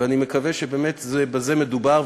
ואני מקווה שבאמת בזה מדובר,